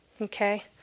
Okay